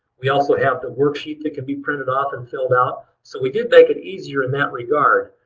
we also have the worksheet that can be printed off and filled out. so we did make it easier in that regard.